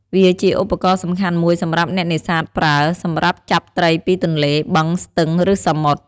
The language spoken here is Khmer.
វាជាឧបករណ៍សំខាន់មួយសម្រាប់អ្នកនេសាទប្រើ សម្រាប់ចាប់ត្រីពីទន្លេ បឹង ស្ទឹង ឬសមុទ្រ។